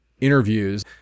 interviews